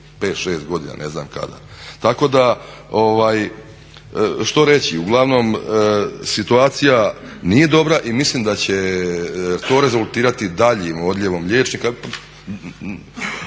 5-6 godina, ne znam kada. Tako da što reći, uglavnom situacija nije dobra i mislim da će to rezultirati daljnjim odljevom liječnika.